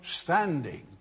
standing